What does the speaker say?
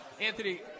Anthony